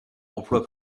emploi